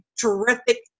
terrific